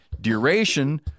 duration